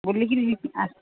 ବୁଲିକିରି